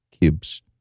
cubes